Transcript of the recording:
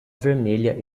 vermelha